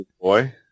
boy